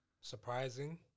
Surprising